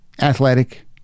athletic